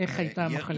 איך הייתה המחלה?